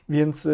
Więc